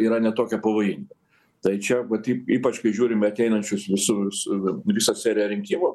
yra ne tokia pavojinga tai čia vat į ypač kai žiūrim į ateinančius visus visą seriją rinkimų